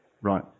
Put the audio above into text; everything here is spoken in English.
Right